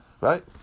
right